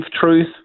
truth